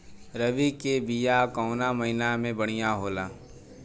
रबी के बिया कवना महीना मे बढ़ियां होला?